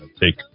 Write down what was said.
take